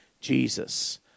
Jesus